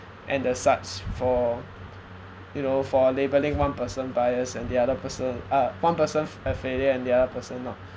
and the such for you know for labelling one person bias and the other person uh one person a failure and the other person not